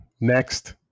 next